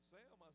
Sam